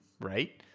right